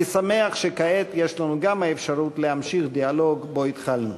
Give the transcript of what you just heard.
אני שמח שכעת יש לנו גם האפשרות להמשיך דיאלוג שבו התחלנו.